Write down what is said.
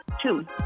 Two